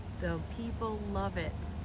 the people love it.